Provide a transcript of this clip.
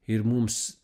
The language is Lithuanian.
ir mums